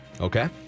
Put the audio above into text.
okay